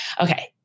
Okay